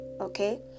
okay